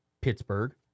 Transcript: Pittsburgh